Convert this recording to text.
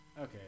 Okay